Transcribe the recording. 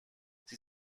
sie